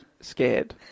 scared